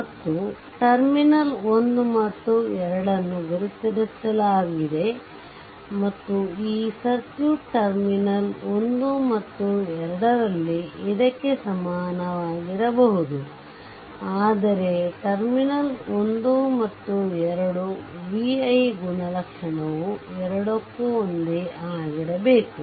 ಮತ್ತು ಟರ್ಮಿನಲ್ 1 ಮತ್ತು 2 ಅನ್ನು ಗುರುತಿಸಲಾಗಿದೆಮತ್ತು ಈ ಸರ್ಕ್ಯೂಟ್ ಟರ್ಮಿನಲ್ 1 ಮತ್ತು 2 ರಲ್ಲಿ ಇದಕ್ಕೆ ಸಮನಾಗಿರಬಹುದು ಆದರೆ ಟರ್ಮಿನಲ್ 1 ಮತ್ತು 2 v i ಗುಣಲಕ್ಷಣವು ಎರಡಕ್ಕೂ ಒಂದೇ ಆಗಿರಬೇಕು